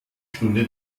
stunde